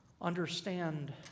understand